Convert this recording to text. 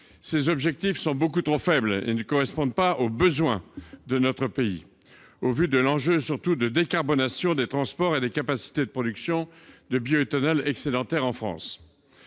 en 2020, sont beaucoup trop faibles et ne correspondent pas aux besoins de notre pays, au vu de l'enjeu de décarbonation des transports et des capacités de production de bioéthanol excédentaires en France.